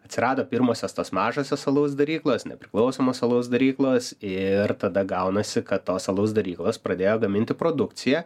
atsirado pirmosios tos mažosios alaus daryklos nepriklausomos alaus daryklos ir tada gaunasi kad tos alaus daryklos pradėjo gaminti produkciją